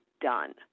done